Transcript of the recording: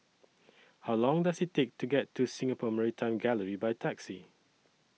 How Long Does IT Take to get to Singapore Maritime Gallery By Taxi